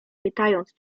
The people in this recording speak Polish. pytając